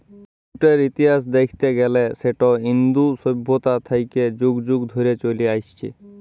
জুটের ইতিহাস দ্যাইখতে গ্যালে সেট ইন্দু সইভ্যতা থ্যাইকে যুগ যুগ ধইরে চইলে আইসছে